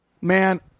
Man